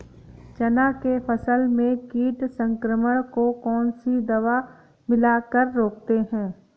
चना के फसल में कीट संक्रमण को कौन सी दवा मिला कर रोकते हैं?